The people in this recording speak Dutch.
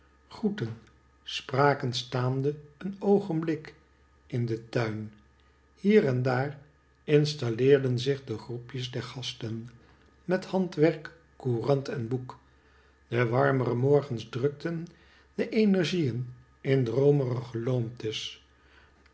groetten spraken staande een oogenblik in den tuin hier en daar installeerden zich de groepjes der gasten met handwerk courant en boek de warmere morgens drukten de energieen in droomerige loomtes